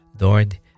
Lord